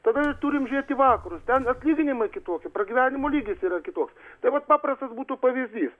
tada turim žiūrėt į vakarus ten atlyginimai kitokie pragyvenimo lygis yra kitoks tai vat paprastas būtų pavyzdys